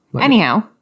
Anyhow